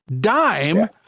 dime